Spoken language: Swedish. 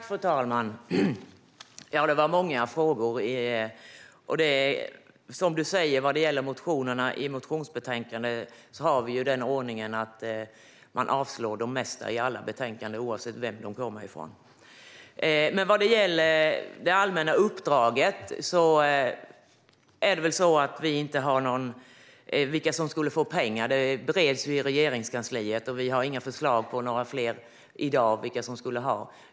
Fru talman! Det var många frågor. Som Sten Bergheden säger har vi ordningen att man avslår de flesta motioner i betänkanden, oavsett vem de kommer från. Vad gäller det allmänna uppdraget och vilka som skulle få pengar är det så att detta bereds i Regeringskansliet. Vi har i dag inte några förslag på fler som skulle få pengar.